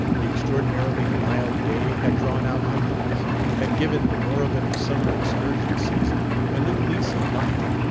the extraordinarily mild day had drawn out hundreds had given the moribund summer-excursion season a new lease of life.